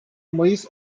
mayıs